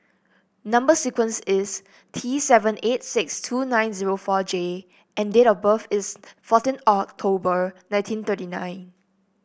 number sequence is T seven eight six two nine zero four J and date of birth is fourteen October nineteen thirty nine